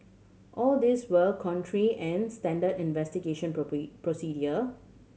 all these were contrary and standard investigation procedure